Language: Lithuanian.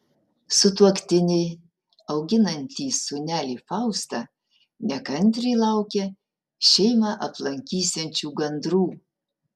sutuoktiniai auginantys sūnelį faustą nekantriai laukia šeimą aplankysiančių gandrų